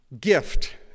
gift